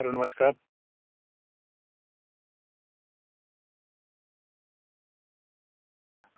hello नमस्कार